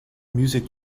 music